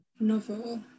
novel